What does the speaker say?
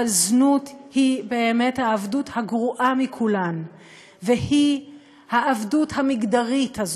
אבל זנות היא באמת העבדות הגרועה מכולן והיא העבדות המגדרית הזאת,